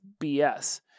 BS